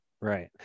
Right